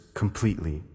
completely